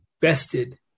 bested